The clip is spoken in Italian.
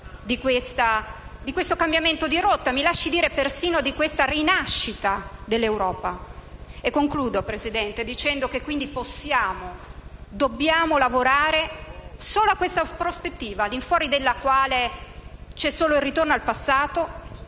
di questo cambiamento di rotta, persino di questa rinascita dell'Europa. Concludo, Presidente, dicendo quindi che possiamo e dobbiamo lavorare solo a questa prospettiva, al di fuori della quale c'è solo il ritorno al passato